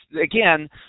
Again